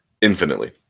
infinitely